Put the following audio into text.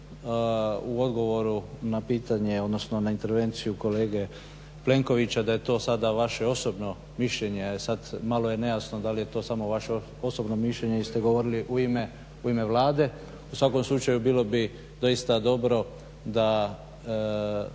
u odgovoru na pitanje, odnosno na intervenciju kolege Plenkovića da je to sada vaše osobno mišljenje, sad malo je nejasno da li je to samo vaše osobno mišljenje ili ste govorili u ime Vlade. U svakom slučaju bilo bi doista dobro da,